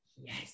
Yes